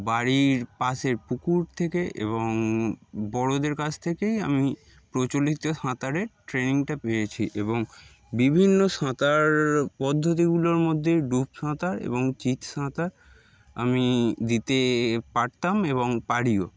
বাড়ির পাশের পুকুর থেকে এবং বড়দের কাছ থেকেই আমি প্রচলিত সাঁতারের ট্রেনিংটা পেয়েছি এবং বিভিন্ন সাঁতার পদ্ধতিগুলোর মধ্যেই ডুব সাঁতার এবং চিৎ সাঁতার আমি দিতে পারতাম এবং পারিও